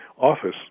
office